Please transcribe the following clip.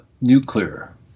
Nuclear